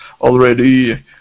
already